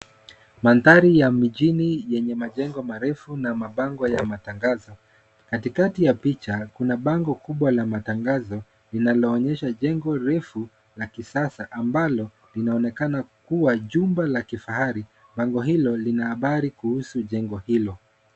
Mandhari ya mijini yenye majengo marefu na mabango ya matangazo. Katikati ya picha kuna bango kubwa la matangazo linaloonyesha jengo refu la kisasa ambalo linaonekana kuwa jumba la kifahari. Bango hilo lina habari kuhusu jengo hilo.